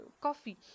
coffee